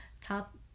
top